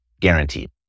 guaranteed